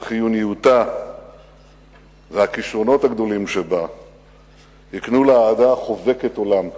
חיוניותה והכשרונות הגדולים שבה הקנו לה אהדה חובקת עולם.